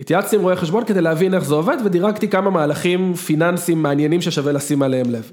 התייעצתי עם רואה חשבון כדי להבין איך זה עובד ודירגתי כמה מהלכים פיננסיים מעניינים ששווה לשים אליהם לב.